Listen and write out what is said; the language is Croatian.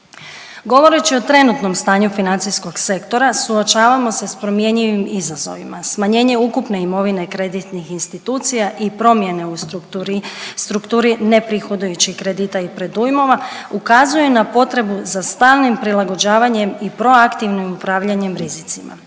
Govoreći o trenutnom stanju financijskog sektora, suočavamo se s promjenjivim izazovima. Smanjenje ukupne imovine kreditnih institucija i promjene u strukturi neprihodujućih kredita i predujmova, ukazuje na potrebu za stalnim prilagođavanjem i proaktivnim upravljanjem rizicima.